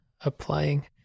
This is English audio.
applying